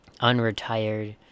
unretired